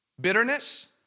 Bitterness